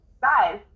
guys